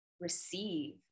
receive